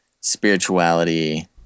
spirituality